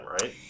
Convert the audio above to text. right